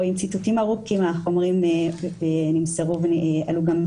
אני לא אבוא פה עם ציטוטים ארוכים שהועלו ונמסרו באתר.